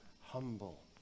humble